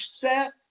set